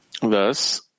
Thus